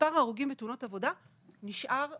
מספר ההרוגים בתאונות עבודה נשאר דומה,